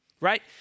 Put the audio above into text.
Right